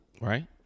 right